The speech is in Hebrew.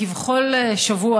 כבכל שבוע,